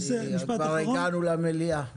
כבר הגענו למליאה.